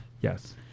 Yes